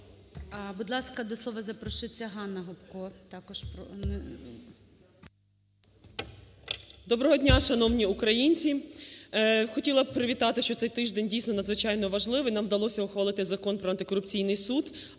Доброго дня, шановні українці. Хотіла б привітати, що цей тиждень, дійсно, надзвичайно важливий, нам вдалося ухвалити Закон про антикорупційний суд.